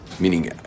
Meaning